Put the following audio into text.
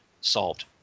Solved